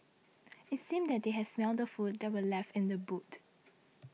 it seemed that they had smelt the food that were left in the boot